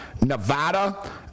Nevada